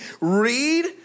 read